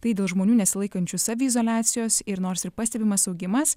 tai dėl žmonių nesilaikančių saviizoliacijos ir nors ir pastebimas augimas